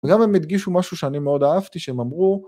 וגם הם הדגישו משהו שאני מאוד אהבתי, שהם אמרו...